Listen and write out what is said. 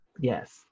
Yes